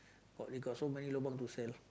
got we got so many lobang to sell